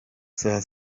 saa